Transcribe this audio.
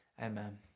amen